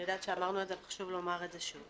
אני יודעת שאמרנו את זה, אבל חשוב לומר את זה שוב.